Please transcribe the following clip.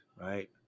right